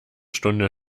stunde